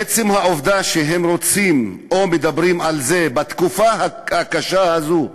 עצם העובדה שהם רוצים או מדברים על זה בתקופה הקשה הזאת,